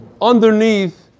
underneath